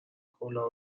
کلاه